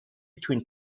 between